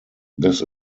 this